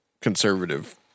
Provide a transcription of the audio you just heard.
conservative